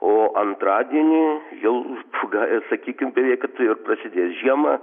o antradienį jau pūga ir sakykim beveik tuoj ir prasidės žiema